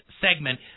segment